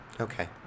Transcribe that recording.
Okay